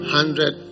Hundred